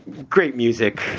great music.